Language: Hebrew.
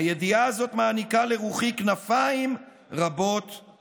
הידיעה הזאת מעניקה לרוחי כנפיים רבות-עוצמה".